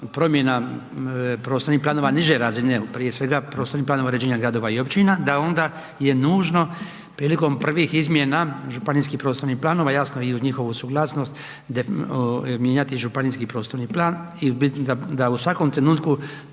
promjena prostornih planova niže razine prije svega prostornih planova uređenja gradova i općina da onda je nužno prilikom prvih izmjena županijskih prostornih planova, jasno i uz njihovu suglasnost mijenjati županijski prostorni plan i da u svakom trenutku